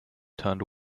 turned